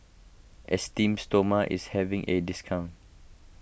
Esteem Stoma is having a discount